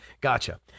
gotcha